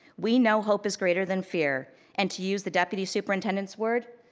we know hope is greater than fear and to use the deputy superintendents words,